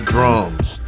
Drums